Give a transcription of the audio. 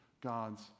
god's